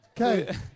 Okay